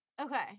okay